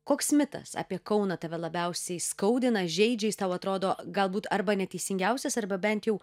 koks mitas apie kauną tave labiausiai skaudina žeidžia jis tau atrodo galbūt arba neteisingiausias arba bent jau